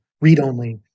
read-only